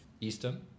Eastern